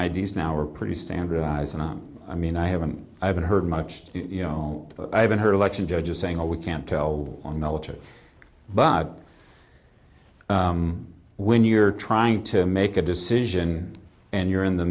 d s now are pretty standard eyes and i mean i haven't i haven't heard much you know i haven't heard much in judges saying oh we can't tell on military but when you're trying to make a decision and you're in the